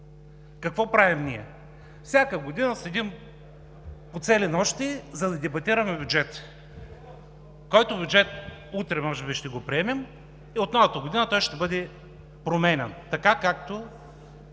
Какво правим ние? Всяка година седим по цели нощи, за да дебатираме бюджет, който бюджет може би утре ще го приемем и от новата година той ще бъде променян, така както